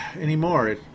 anymore